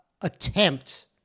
attempt